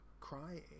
crying